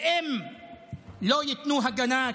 ואם לא ייתנו הגנה,